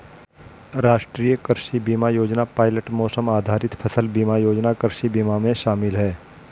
राष्ट्रीय कृषि बीमा योजना पायलट मौसम आधारित फसल बीमा योजना कृषि बीमा में शामिल है